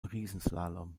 riesenslalom